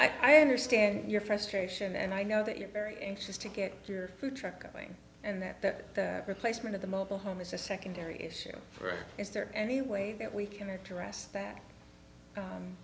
let's i understand your frustration and i know that you're very anxious to get your food truck going and that the replacement of the mobile home is a secondary issue for us is there any way that we c